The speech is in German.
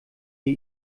wir